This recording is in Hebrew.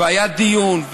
והיה דיון.